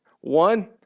One